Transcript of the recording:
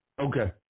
Okay